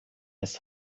ist